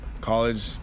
College